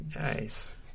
Nice